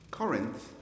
Corinth